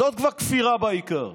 זאת כבר כפירה בעיקר.